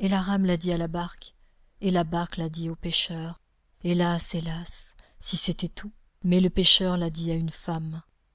et la rame l'a dit à la barque et la barque l'a dit au pêcheur hélas hélas si c'était tout mais le pêcheur l'a dit à une femme